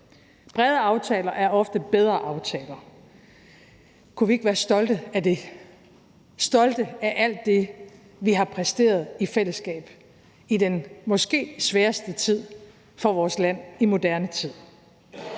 Brede aftaler er ofte bedre aftaler. Kunne vi ikke være stolte af det? Kunne vi ikke være stolte af alt det, vi har præsteret i fællesskab i den måske sværeste tid for vores land i moderne tid?